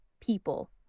people